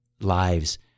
lives